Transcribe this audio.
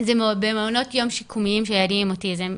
זה ילדים במעונות יום שיקומיים לילדים עם אוטיזם,